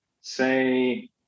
say